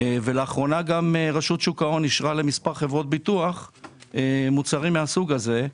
לאחרונה גם רשות שוק ההון אישרה למספר חברות ביטוח מוצרים מהסוג הזה.